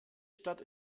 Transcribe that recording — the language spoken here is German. stadt